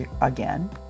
again